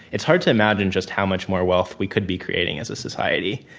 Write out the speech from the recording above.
it's hard to imagine just how much more wealth we could be creating as a society,